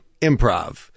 improv